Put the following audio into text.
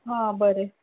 हां बरें